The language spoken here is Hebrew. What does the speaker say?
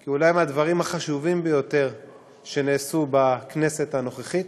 את אולי אחד הדברים החשובים ביותר שנעשו בכנסת הנוכחית,